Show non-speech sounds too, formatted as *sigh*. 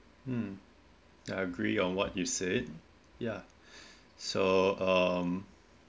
hmm I agree on what you said ya *breath* so um